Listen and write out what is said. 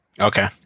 Okay